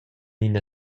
ina